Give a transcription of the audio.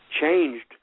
changed